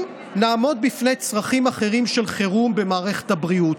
נעמוד בפני צרכים אחרים של חירום במערכת הבריאות.